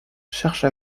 cherche